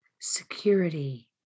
security